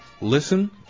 Listen